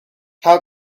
how